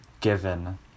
given